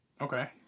Okay